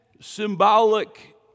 symbolic